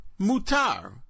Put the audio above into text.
mutar